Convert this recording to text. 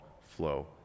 flow